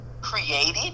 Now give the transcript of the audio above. created